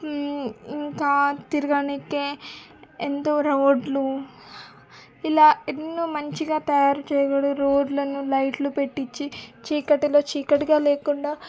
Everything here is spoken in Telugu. ఇంకా తిరగడానికి ఎంతో రోడ్లు ఇలా ఎన్నో మంచిగా తయారుచేయబడి రోడ్లను లైట్లు పెట్టించి చీకటిలో చీకటిగా లేకుండా